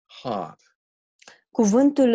heart